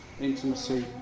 intimacy